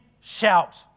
shout